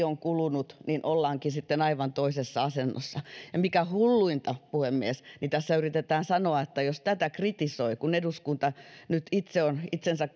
on kulunut niin ollaankin sitten aivan toisessa asennossa ja mikä hulluinta puhemies niin tässä yritetään sanoa että jos tätä kritisoi kun eduskunta nyt itse on itsensä